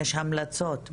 יש המלצות,